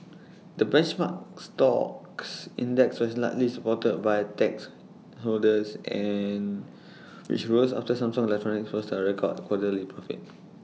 the benchmark stocks index was largely supported by tech holders and which rose after Samsung electronics posted A record quarterly profit